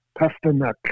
Pasternak